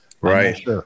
right